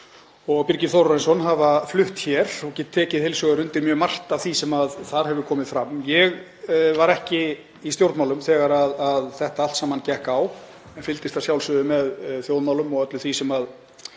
og Birgir Þórarinsson hafa flutt. Ég get tekið heils hugar undir mjög margt af því sem þar hefur komið fram. Ég var ekki í stjórnmálum þegar þetta allt saman gekk á, en fylgdist að sjálfsögðu með þjóðmálum og öllu því sem